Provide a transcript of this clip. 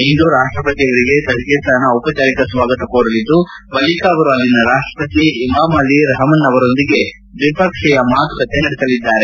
ಇಂದು ರಾಷ್ಷಪತಿ ಅವರಿಗೆ ತಜಿಕಿಸ್ತಾನ ದಿಪಚಾರಿಕ ಸ್ವಾಗತ ಕೋರಲಿದ್ದು ಬಳಿಕ ಅವರು ಅಲ್ಲಿನ ರಾಷ್ಷಪತಿ ಇಮಾಮಲಿ ರಹಮಾನ್ ಅವರೊಂದಿಗೆ ದ್ವಿಪಕ್ಷೀಯ ಮಾತುಕತೆ ನಡೆಸಲಿದ್ದಾರೆ